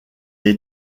est